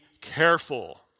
careful